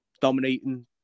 dominating